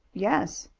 yes.